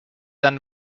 than